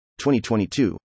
2022